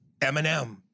Eminem